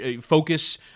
focus